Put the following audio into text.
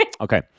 okay